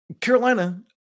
Carolina